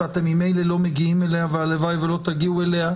שאתם ממילא לא מגיעים אליה והלוואי ולא תגיעו אליה,